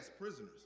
prisoners